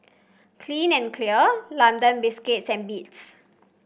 clean and Clear London Biscuits and Beats